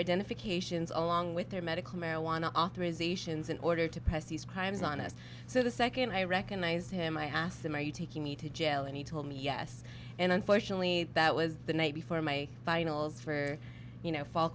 identifications along with their medical marijuana authorizations in order to pass these crimes on us so the second i recognized him i asked him are you taking me to jail and he told me yes and unfortunately that was the night before my finals for you know fall